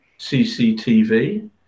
CCTV